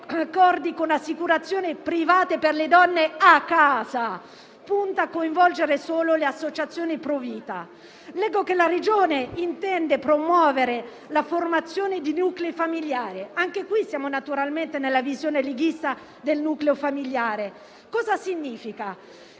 accordi con assicurazioni private per le donne a casa, punta a coinvolgere solo le associazioni *pro* vita. Leggo che la Regione intende promuovere la formazione di nuclei familiari. Anche qui siamo naturalmente nella visione leghista del nucleo familiare. Cosa significa?